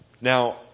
Now